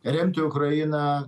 remti ukrainą